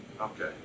Okay